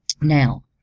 Now